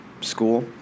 school